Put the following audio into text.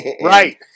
Right